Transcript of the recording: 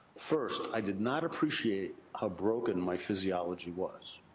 first, i did not appreciate how broken my physiology was.